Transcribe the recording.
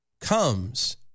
comes